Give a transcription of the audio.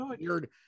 weird